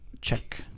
Check